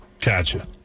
Gotcha